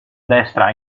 destra